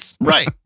Right